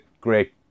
great